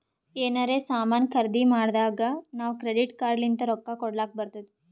ಎನಾರೇ ಸಾಮಾನ್ ಖರ್ದಿ ಮಾಡ್ದಾಗ್ ನಾವ್ ಕ್ರೆಡಿಟ್ ಕಾರ್ಡ್ ಲಿಂತ್ ರೊಕ್ಕಾ ಕೊಡ್ಲಕ್ ಬರ್ತುದ್